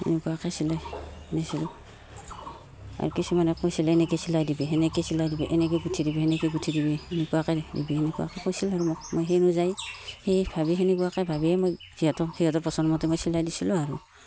এনেকুৱাকৈ চিলাই দিছিলোঁ আৰু কিছুমানে কৈছিলে এনেকৈয়ে চিলাই দিবে সেনেকৈয়ে চিলাই দিবি এনেকৈ গোঁঠি দিবি সেনেকৈ গোঁঠি দিবি এনেকুৱাকৈ দিবি সেনেকুৱাকৈ কৈছিলোঁ আৰু মোক মই সেই অনুযায়ী সেই ভাবি সেনেকুৱাকৈ ভাবিয়েই মই সিহঁতক সিহঁৰ প্ৰচন্দ মতে চিলাই দিছিলোঁ আৰু